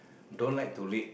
don't like to read